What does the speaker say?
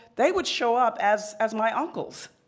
they would show up as as my uncles.